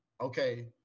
okay